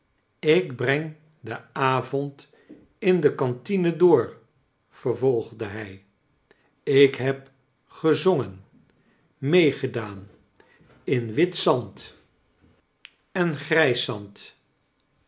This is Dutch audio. ik breng den avond in de cantine door vervolgde hij ik heb gezongen meegedaan in wit zand en